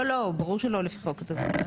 לא ברור שלא לפי חוק התקציב,